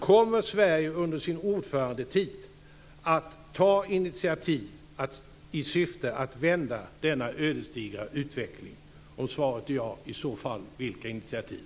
Kommer Sverige under sin ordförandetid att ta initiativ i syfte att vända denna ödesdigra utveckling? Om svaret är ja undrar jag vilka initiativ.